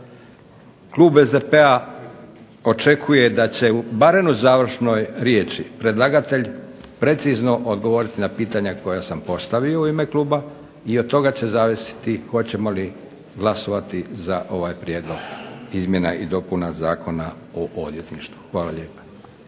Klub SDP-a očekuje da će barem u završnoj riječi predlagatelj precizno odgovoriti na pitanja koja sam postavio u ime Kluba, i od toga će zavisiti hoćemo li glasovati za ovaj Prijedlog izmjena i dopuna Zakona o Državnom odvjetništvu. Hvala lijepo.